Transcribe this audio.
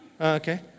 Okay